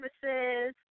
services